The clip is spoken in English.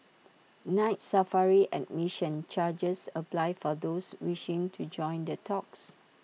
Night Safari admission charges apply for those wishing to join the talks